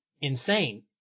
insane